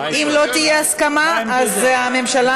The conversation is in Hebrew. אם לא תהיה הסכמה, אז הממשלה,